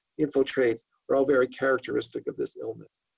infiltrates are all very characteristic of this illness.